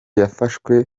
yafashwe